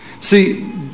see